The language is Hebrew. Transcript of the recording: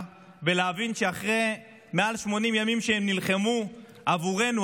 ולהבין שאחרי יותר מ-80 ימים שהם נלחמו עבורנו,